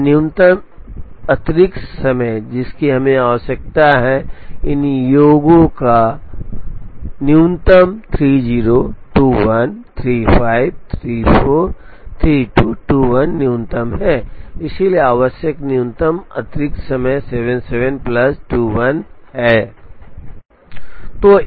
तो न्यूनतम अतिरिक्त समय जिसकी हमें आवश्यकता है इन योगों का न्यूनतम 3021353432 21 न्यूनतम है इसलिए आवश्यक न्यूनतम अतिरिक्त समय 77 प्लस 21 संदर्भ समय 2206 है